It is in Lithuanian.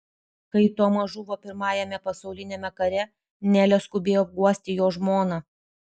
kai tomas žuvo pirmajame pasauliniame kare nelė skubėjo guosti jo žmoną